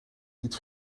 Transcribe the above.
iets